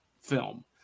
film